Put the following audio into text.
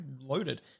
loaded